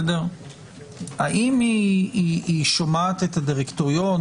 האם היא שומעת את הדירקטוריון?